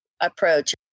approach